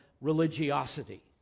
religiosity